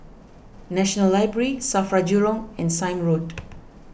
National Library Safra Jurong and Sime Road